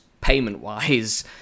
payment-wise